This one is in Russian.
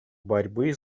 борьбы